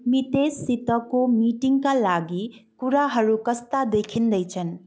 मितेससितको मिटिङका लागि कुराहरू कस्ता देखिँदैछन्